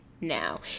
now